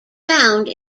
found